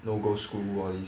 no go school all these